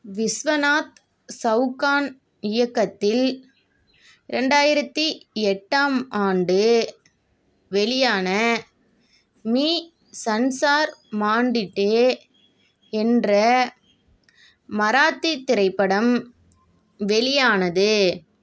விஸ்வநாத் சவுக்கான் இயக்கத்தில் ரெண்டாயிரத்து எட்டாம் ஆண்டு வெளியான மீ சன்சார் மாண்டிட்டி என்ற மராத்தி திரைப்படம் வெளியானது